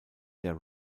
der